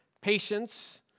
patience